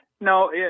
No